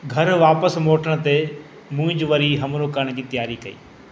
घरु वापसि मोटण ते मुज वरी हमिलो करण जी तयारी कई